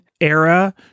era